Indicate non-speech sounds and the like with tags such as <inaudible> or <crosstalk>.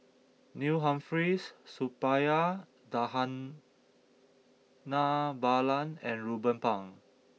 Neil Humphreys Suppiah Dhanabalan <hesitation> and Ruben Pang